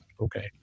okay